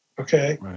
Okay